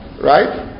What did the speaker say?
Right